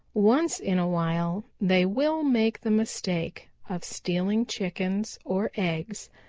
once in a while they will make the mistake of stealing chickens or eggs,